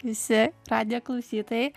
visi radijo klausytojai